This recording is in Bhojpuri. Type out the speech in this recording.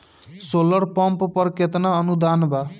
सोलर पंप पर केतना अनुदान बा?